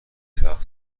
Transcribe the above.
سقف